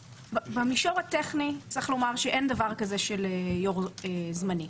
במישור הטכני צריך לומר שאין דבר כזה של יו"ר זמני.